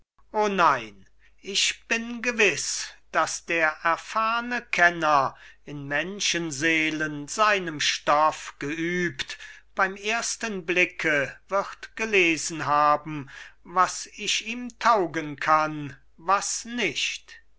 o nein ich bin gewiß daß der erfahrne kenner in menschenseelen seinem stoff geübt beim ersten blicke wird gelesen haben was ich ihm taugen kann was nicht